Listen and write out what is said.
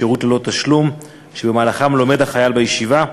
שירות ללא תשלום, שבמהלכו לומד החייל בישיבה.